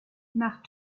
nach